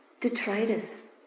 detritus